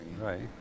Right